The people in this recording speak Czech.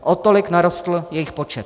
O tolik narostl jejich počet.